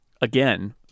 again